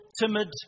Timid